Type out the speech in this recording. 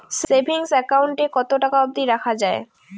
Savings account এ কতো টাকা অব্দি রাখা যায়?